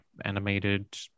animated